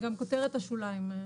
וגם כותרת השוליים.